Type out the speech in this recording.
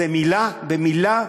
זה מילה במילה.